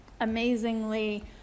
amazingly